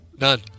None